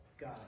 God